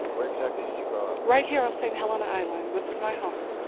where exactly did you grow up? right here on st. helena island. this is my home.